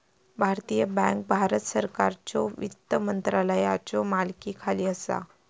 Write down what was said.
भारतीय बँक भारत सरकारच्यो वित्त मंत्रालयाच्यो मालकीखाली असा